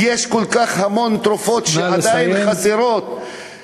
המון תרופות עדיין חסרות, נא לסיים.